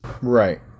right